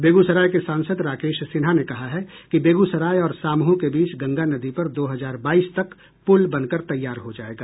बेगूसराय के सांसद राकेश सिन्हा ने कहा है कि बेगूसराय और सामहो के बीच गंगा नदी पर दो हजार बाईस तक पुल बनकर तैयार हो जाएगा